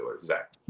Zach